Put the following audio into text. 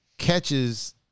catches